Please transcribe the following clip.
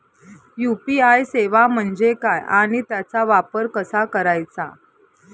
UPI सेवा म्हणजे काय आणि त्याचा वापर कसा करायचा?